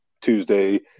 Tuesday